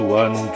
one